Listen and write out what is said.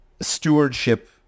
stewardship